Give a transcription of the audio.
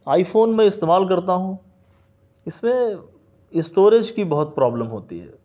آئی phone میں استعمال کرتا ہوں اس میں اسٹوریج کی بہت پرابلم ہوتی ہے